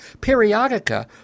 Periodica